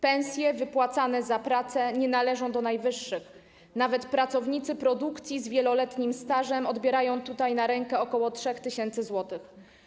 Pensje wypłacane za pracę nie należą do najwyższych, nawet pracownicy produkcji z wieloletnim stażem odbierają tutaj na rękę ok. 3 tys. zł.